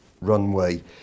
runway